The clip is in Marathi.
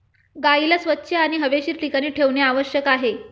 गाईला स्वच्छ आणि हवेशीर ठिकाणी ठेवणे आवश्यक आहे